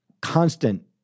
constant